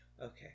Okay